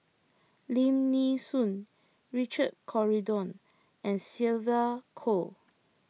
Lim Nee Soon Richard Corridon and Sylvia Kho